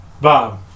Bob